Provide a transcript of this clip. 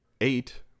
eight